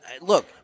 look